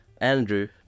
Andrew